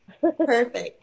Perfect